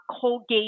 Colgate